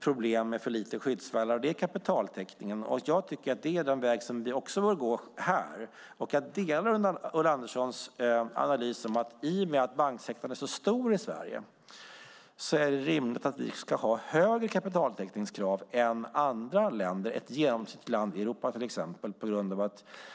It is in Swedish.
problem med för lite skyddsvallar, och det är kapitaltäckning. Det är den väg som vi bör gå även här. Jag delar Ulla Anderssons analys att i och med att banksektorn är så stor i Sverige är det rimligt att vi ska ha högre kapitaltäckningskrav än andra länder, till exempel ett genomsnittligt land i Europa.